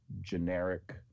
generic